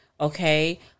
Okay